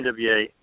NWA